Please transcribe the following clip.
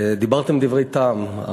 דיברתם דברי טעם.